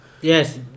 Yes